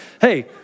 Hey